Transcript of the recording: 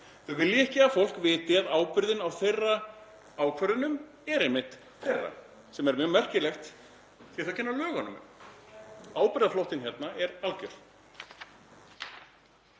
Þau vilja ekki að fólk viti að ábyrgðin á þeirra ákvörðunum er einmitt þeirra, sem er mjög merkilegt því að þau kenna lögunum um. Ábyrgðarflóttinn hérna er algjör.